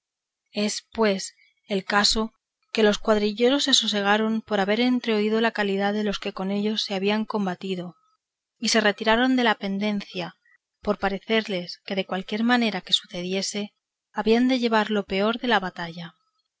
pues el caso que los cuadrilleros se sosegaron por haber entreoído la calidad de los que con ellos se habían combatido y se retiraron de la pendencia por parecerles que de cualquiera manera que sucediese habían de llevar lo peor de la batalla